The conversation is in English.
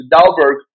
Dalberg